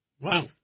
Wow